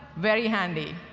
very handy.